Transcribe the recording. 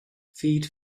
feed